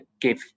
give